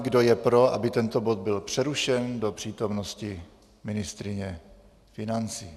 Kdo je pro, aby tento bod byl přerušen do přítomnosti ministryně financí?